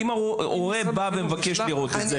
אם הורה בא ומבקש לראות את זה,